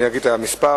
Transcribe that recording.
אני אגיד את המספר.